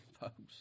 folks